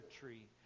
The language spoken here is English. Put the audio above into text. tree